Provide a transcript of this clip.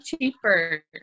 cheaper